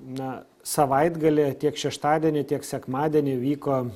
na savaitgalį tiek šeštadienį tiek sekmadienį vyko